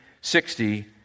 sixty